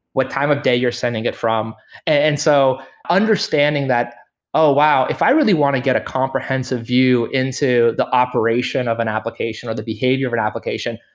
what time of day you're sending it from and so understanding that oh, wow, if i really want to get a comprehensive view into the operation of an application or the behavior of an application,